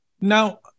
Now